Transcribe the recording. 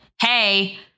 hey